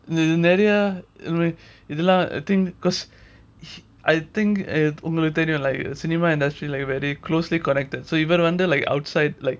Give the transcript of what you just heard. நிறைய இதுலாம்:niraya idhulam I think because I think உங்களுக்கு தெரியும்ல:ungaluku theriumla like cinema industry like very closely connected so even இவரு வந்து:ivaru vandhu like outside like